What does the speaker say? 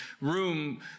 room